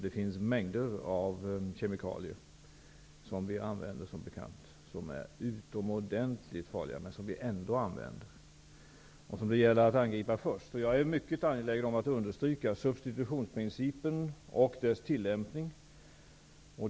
Det finns, som bekant, mängder av kemikalier som vi använder och som är utomordentligt farliga men som vi ändå använder och som det gäller att angripa först. Jag är mycket angelägen om att understryka substitutionsprincipen och dess tillämpning.